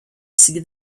see